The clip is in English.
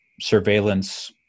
surveillance